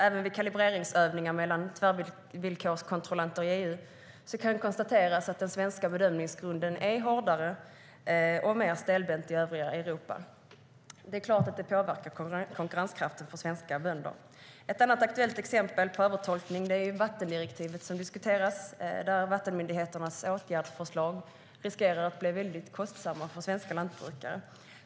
Även vid kalibreringsövningar mellan tvärvillkorskontrollanter i EU kan det konstateras att den svenska bedömningsgrunden är hårdare och mer stelbent än i övriga Europa. Det är klart att detta påverkar konkurrenskraften för svenska bönder. Ett annat aktuellt exempel på övertolkning är vattendirektivet som diskuteras och där vattenmyndigheternas åtgärdsförslag riskerar att bli väldigt kostsamma för svenska lantbrukare.